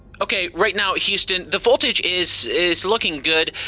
okay. right now, houston, the voltage is is looking good.